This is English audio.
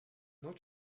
not